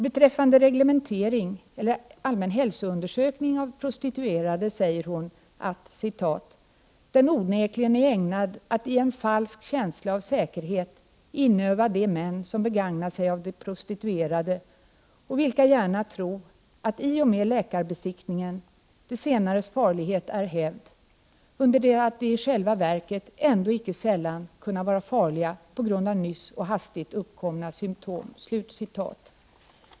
Beträffande reglementering eller allmän hälsoundersökning av prostituerade säger hon att ”den onekligen är ägnad att i en falsk känsla av säkerhet inöfva de män som begagnar sig av de prostituerade och vilka gärna tro, att i och med läkarebesiktningen de senares farlighet är häfd, under det att de i själfva verket ändå icke sällan kunna vara farliga på grund av nyss och hastigt uppkomna symtom”.